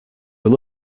were